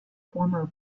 former